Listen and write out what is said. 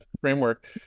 framework